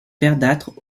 verdâtres